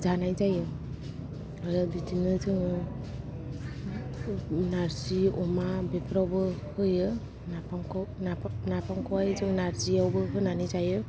जानाय जायो आरो बिदिनो जोङो नार्जि अमा बेफोरावबो होयो नाफाम नाफामखौहाय जों नार्जि आवबो होनानै जायो